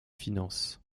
finances